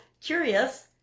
curious